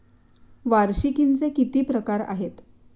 वार्षिकींचे किती प्रकार आहेत?